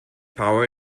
power